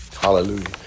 Hallelujah